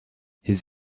his